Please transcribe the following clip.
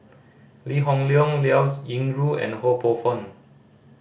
Lee Hoon Leong Liao Yingru and Ho Poh Fun